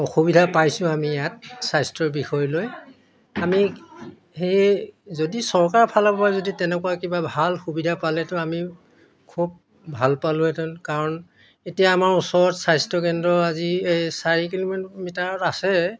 অসুবিধা পাইছোঁ আমি ইয়াত স্বাস্থ্যৰ বিষয়লৈ আমি সেই যদি চৰকাৰৰ ফালৰ পৰা যদি তেনেকুৱা কিবা ভাল সুবিধা পালেটো আমি খুব ভাল পালোহেঁতেন কাৰণ এতিয়া আমাৰ ওচৰত স্বাস্থ্যকেন্দ্ৰ আজি চাৰি কিলোমিটাৰ মিটাৰত আছে